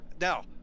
Now